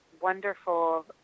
wonderful